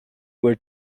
were